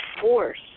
force